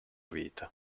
vita